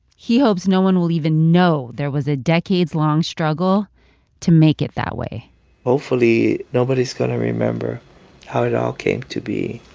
he hopes no one will even know there was a decades-long struggle to make it that way hopefully, nobody's going to remember how it all came to be